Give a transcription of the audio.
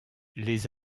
les